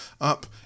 up